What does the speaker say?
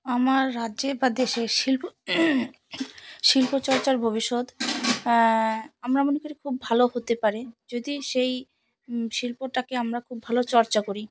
আমার রাজ্যে বা দেশে শিল্প শিল্পচর্চার ভবিষ্যৎ আমরা মনে করি খুব ভালো হতে পারে যদি সেই শিল্পটাকে আমরা খুব ভালো চর্চা করি